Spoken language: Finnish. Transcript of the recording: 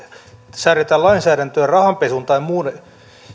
säädetään lainsäädäntöä rahanpesun tai muun